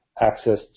access